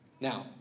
Now